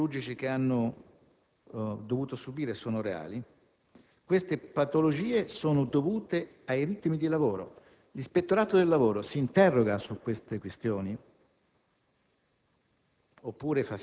ma gli interventi chirurgici che hanno dovuto subire sono reali. Queste patologie sono dovute ai ritmi di lavoro. L'Ispettorato del lavoro si interroga su tali questioni